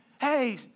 Hey